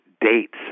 dates